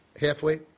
halfway